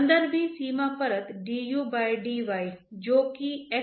तो ध्यान दें कि u x कॉम्पोनेन्ट वेलोसिटी है